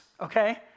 okay